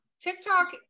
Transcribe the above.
TikTok